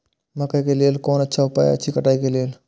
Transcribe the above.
मकैय के लेल कोन अच्छा उपाय अछि कटाई के लेल?